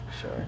Sure